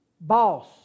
boss